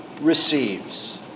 receives